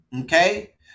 okay